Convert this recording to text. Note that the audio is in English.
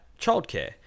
childcare